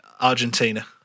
Argentina